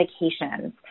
medications